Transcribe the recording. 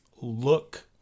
look